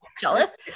jealous